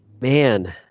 man